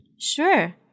Sure